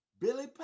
Billy